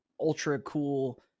ultra-cool